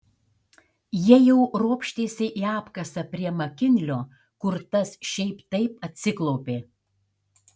jie jau ropštėsi į apkasą prie makinlio kur tas šiaip taip atsiklaupė